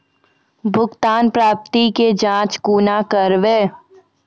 भुगतान प्राप्ति के जाँच कूना करवै?